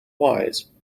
wise